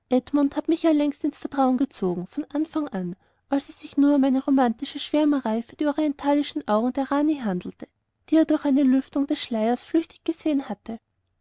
edmund hat mich ja längst ins vertrauen gezogen von anfang an als es sich nur um eine romantische schwärmerei für die orientalischen augen der rani handelte die er durch eine lüftung des schleiers flüchtig gesehen hatte